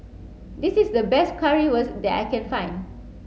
this is the best Currywurst that I can find